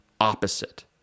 opposite